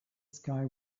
sky